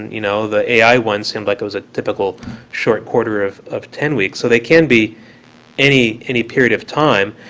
you know, the ai one seemed like it was a typical short quarter of of ten weeks. so they can be any any period of time.